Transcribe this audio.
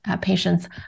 patients